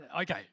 okay